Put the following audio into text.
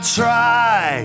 try